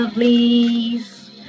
Please